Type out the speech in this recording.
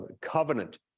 covenant